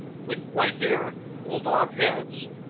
with white hair, bulldog heads,